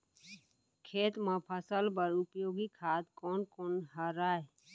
खेत म फसल बर उपयोगी खाद कोन कोन हरय?